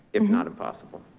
if not impossible.